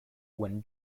when